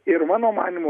ir mano manymu